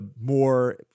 more